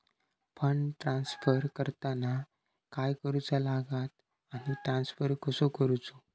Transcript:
Fund transfer करताना काय करुचा लगता आनी ट्रान्स्फर कसो करूचो?